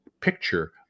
picture